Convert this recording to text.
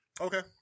Okay